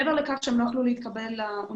מעבר לכך שהם לא יכלו להתקבל לאוניברסיטאות